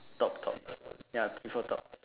top top ya prefer top